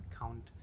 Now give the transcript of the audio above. count